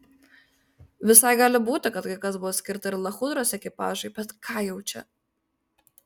visai gali būti kad kai kas buvo skirta ir lachudros ekipažui bet ką jau čia